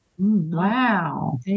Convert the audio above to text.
Wow